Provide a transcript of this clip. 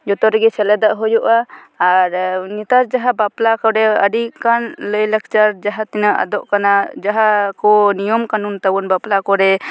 ᱡᱚᱛᱚ ᱨᱮᱜᱮ ᱥᱮᱞᱮᱫᱚᱜ ᱦᱩᱭᱩᱜᱼᱟ ᱟᱨ ᱱᱮᱛᱟᱨ ᱡᱟᱦᱟᱸ ᱵᱟᱯᱞᱟ ᱠᱚᱨᱮ ᱟᱹᱰᱤᱜᱟᱱ ᱞᱟᱭᱼᱞᱟᱠᱪᱟᱨ ᱡᱟᱦᱟᱸ ᱛᱤᱱᱟᱹᱜ ᱟᱫᱚᱜ ᱠᱟᱱᱟ ᱡᱟᱦᱟᱸ ᱠᱚ ᱱᱤᱭᱚᱢ ᱠᱟᱹᱱᱩᱱ ᱛᱟᱵᱚᱱ ᱵᱟᱯᱞᱟ ᱠᱚᱨᱮᱫ